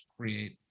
create